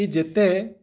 ଯେତେ